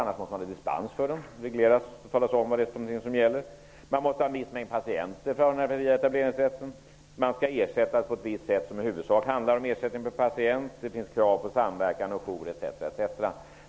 Annars måste man ge dispens, reglera och tala om vad som egentligen gäller. Man måste ha en viss mängd patienter. Man skall ersättas på ett visst sätt, som i huvudsak handlar om ersättning per patient. Det finns krav på samverkan, jour etc.